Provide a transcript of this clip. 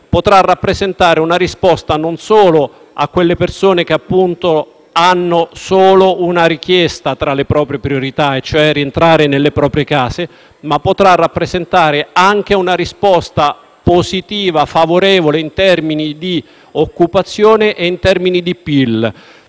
potrà rappresentare una risposta non solo a quelle persone che hanno solo una richiesta tra le proprie priorità, cioè rientrare nelle proprie case, ma anche una risposta positiva in termini di occupazione e di PIL.